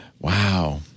Wow